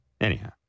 Anyhow